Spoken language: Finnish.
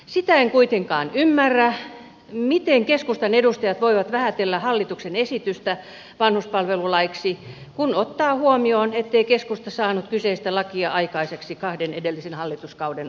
sitä en kuitenkaan ymmärrä miten keskustan edustajat voivat vähätellä hallituksen esitystä vanhuspalvelulaiksi kun ottaa huomioon ettei keskusta saanut kyseistä lakia aikaiseksi kahden edellisen hallituskauden aikana